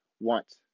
want